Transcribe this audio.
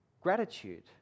gratitude